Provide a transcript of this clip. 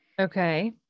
Okay